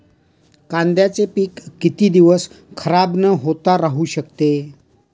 कांद्याचे पीक किती दिवस खराब न होता राहू शकते?